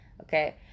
Okay